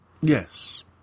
Yes